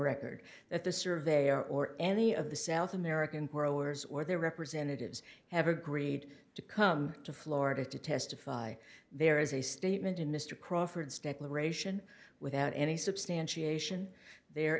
record that the surveyor or any of the south american or ours or their representatives have agreed to come to florida to testify there is a statement in mr crawford state liberation without any substantiation there